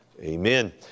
amen